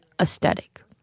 aesthetic